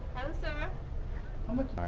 hello sir how much